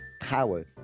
power